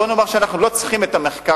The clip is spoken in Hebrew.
בוא נאמר שאנחנו לא צריכים את המחקר,